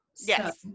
Yes